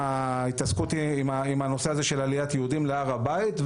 וההתעסקות בנושא של עליית יהודים להר הבית.